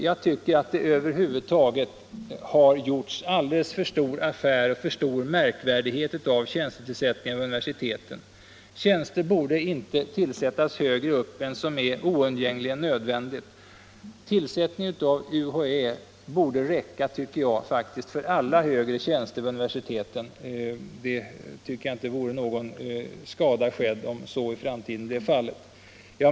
Jag tycker att det över huvud taget har gjorts alldeles för stor affär av tjänstetillsättningarna vid universiteten. Tjänster borde inte tillsättas högre upp än vad som är oundgängligen nödvändigt. Tillsättning av UHÄ borde räcka, tycker jag, för alla högre tjänster vid universiteten. Jag tycker inte att det vore någon skada skedd om så blev fallet i framtiden.